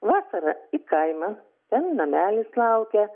vasarą į kaimą ten namelis laukia